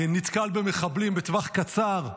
נתקל במחבלים מטווח קצר.